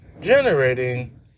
generating